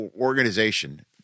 organization